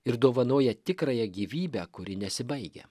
ir dovanoja tikrąją gyvybę kuri nesibaigia